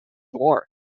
war